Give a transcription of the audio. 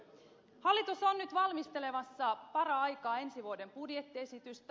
hallitus on valmistelemassa paraikaa ensi vuoden budjettiesitystä